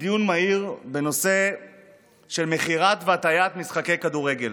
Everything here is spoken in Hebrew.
דיון מהיר בנושא של מכירת והטיית משחקי כדורגל.